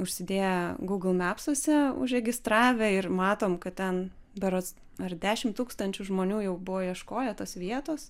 užsidėję google mepsuose užregistravę ir matom kad ten berods ar dešim tūkstančių žmonių jau buvo ieškoję tos vietos